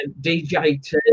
DJT